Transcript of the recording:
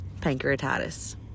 pancreatitis